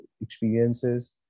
experiences